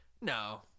No